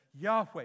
Yahweh